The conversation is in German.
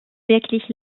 wirklich